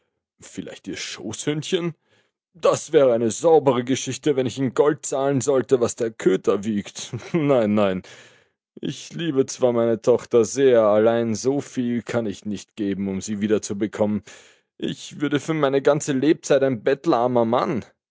vielleicht ihr schoßhündchen das wäre eine saubere geschichte wenn ich in gold zahlen sollte was der köter wiegt nein nein ich liebe zwar meine tochter sehr allein so viel kann ich nicht geben um sie wieder zu bekommen ich würde für meine ganze lebenszeit ein bettelarmer mann